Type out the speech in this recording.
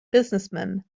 businessmen